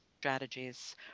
strategies